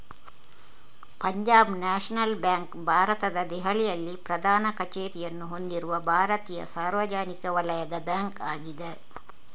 Punjab national bank ಭಾರತದ ದೆಹಲಿಯಲ್ಲಿ ಪ್ರಧಾನ ಕಚೇರಿಯನ್ನು ಹೊಂದಿರುವ ಭಾರತೀಯ ಸಾರ್ವಜನಿಕ ವಲಯದ ಬ್ಯಾಂಕ್ ಆಗಿದೆ